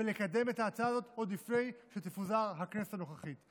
ולקדם את ההצעה הזאת עוד לפני שתפוזר הכנסת הנוכחית.